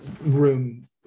room